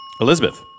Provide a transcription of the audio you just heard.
Elizabeth